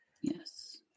Yes